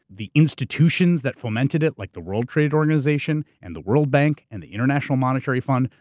the institutions that fermented it, like the world trade organization, and the world bank, and the international monetary fund,